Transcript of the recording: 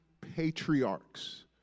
patriarchs